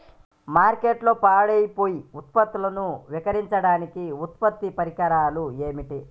మార్కెట్లో పాడైపోయే ఉత్పత్తులను విక్రయించడానికి ఉత్తమ పరిష్కారాలు ఏమిటి?